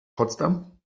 potsdam